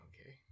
Okay